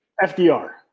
FDR